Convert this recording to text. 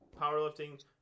powerlifting